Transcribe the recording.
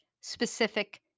Specific